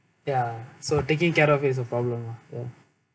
ya so taking care of it is a problem ah ya